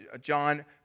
John